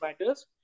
matters